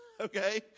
okay